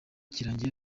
kirangiye